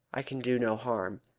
i can do no harm.